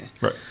Right